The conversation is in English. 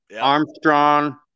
Armstrong